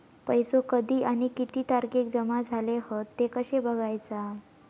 पैसो कधी आणि किती तारखेक जमा झाले हत ते कशे बगायचा?